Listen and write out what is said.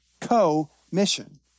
co-mission